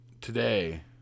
today